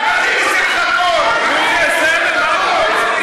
אני לא מאמינה, ביזיון, ממש ביזיון.